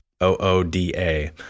O-O-D-A